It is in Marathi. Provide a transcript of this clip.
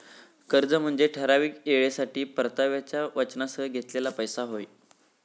कर्ज म्हनजे ठराविक येळेसाठी परताव्याच्या वचनासह घेतलेलो पैसो होय